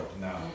No